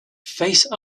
face